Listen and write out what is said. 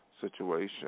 Situation